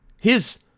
His